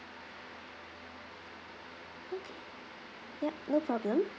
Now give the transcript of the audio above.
okay yup no problem